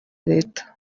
leta